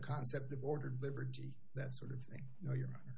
concept of ordered liberty that sort of thing you know your honor